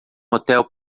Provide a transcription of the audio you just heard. hotel